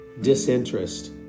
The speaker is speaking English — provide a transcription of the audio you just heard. disinterest